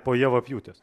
po javapjūtės